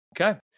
Okay